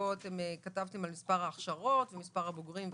שבו דיברתם על מספר ההכשרות, מספר הבוגרים וכו'.